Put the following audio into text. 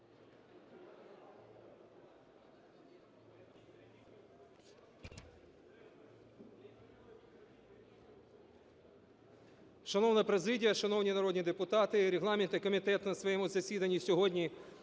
Шановна президія, шановні народні депутати, регламентний комітет на своєму засіданні сьогодні